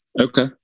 okay